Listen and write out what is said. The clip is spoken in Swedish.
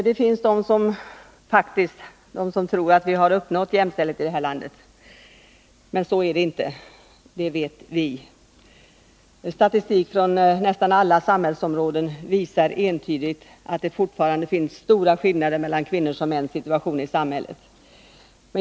Herr talman! Det finns de som tror att vi har uppnått jämställdhet mellan kvinnor och män i det här landet. Men så är det inte, det vet vi. Statistik från nästan alla samhällsområden visar entydigt att det fortfarande finns stora skillnader mellan kvinnors och mäns situation i samhället.